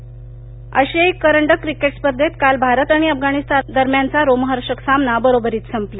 cricket आशिया चषक cricket स्पर्धेत काल भारत आणि अफगाणिस्तानदरम्यानचा रोमहर्षक सामना बरोबरीत संपला